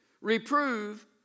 Reprove